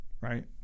right